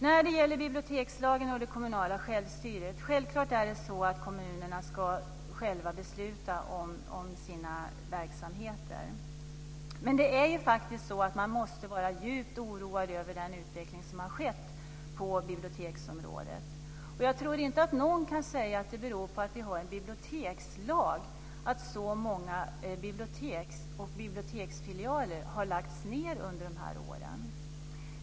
När det gäller bibliotekslagen och det kommunala självstyret är det självklart så att kommunerna själva ska besluta om sina verksamheter. Men det är ju faktiskt så att man måste vara djupt oroad över den utveckling som har skett på biblioteksområdet. Jag tror inte att någon kan säga att det beror på att vi har en bibliotekslag att så många bibliotek och biblioteksfilialer har lagts ned under de här åren.